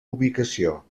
ubicació